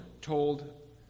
told